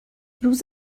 روز